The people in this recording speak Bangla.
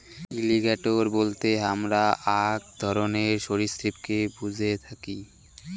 এলিগ্যাটোর বলতে হামরা আক ধরণের সরীসৃপকে বুঝে থাকি